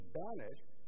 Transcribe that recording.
banished